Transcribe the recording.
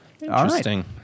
Interesting